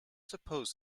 suppose